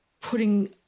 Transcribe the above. putting